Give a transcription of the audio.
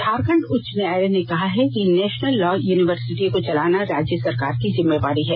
झारखंड उच्च न्यायालय ने कहा है कि नेशनल लॉ यूनिवर्सिटी को चलाना राज्य सरकार की जिम्मेवारी है